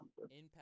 Impact